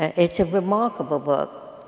it's a remarkable book.